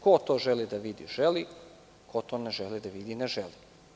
Ko to želi da vidi, želi, a ko ne želi da vidi, ne želi.